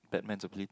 Batman's ability